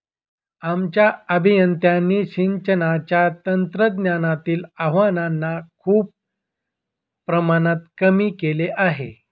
आमच्या अभियंत्यांनी सिंचनाच्या तंत्रज्ञानातील आव्हानांना खूप प्रमाणात कमी केले आहे